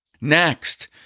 Next